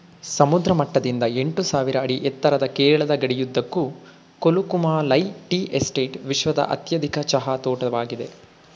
ಸಮುದ್ರ ಮಟ್ಟದಿಂದ ಎಂಟುಸಾವಿರ ಅಡಿ ಎತ್ತರದ ಕೇರಳದ ಗಡಿಯುದ್ದಕ್ಕೂ ಕೊಲುಕುಮಾಲೈ ಟೀ ಎಸ್ಟೇಟ್ ವಿಶ್ವದ ಅತ್ಯಧಿಕ ಚಹಾ ತೋಟವಾಗಿದೆ